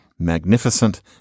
magnificent